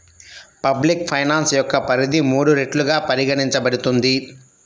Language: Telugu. పబ్లిక్ ఫైనాన్స్ యొక్క పరిధి మూడు రెట్లుగా పరిగణించబడుతుంది